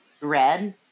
red